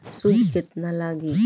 सूद केतना लागी?